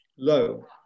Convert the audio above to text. low